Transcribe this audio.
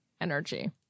energy